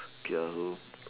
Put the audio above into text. okay lah so